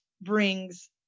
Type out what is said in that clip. brings